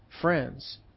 friends